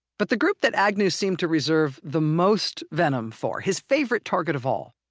but the group that agnew seemed to reserve the most venom for. his favorite target of all,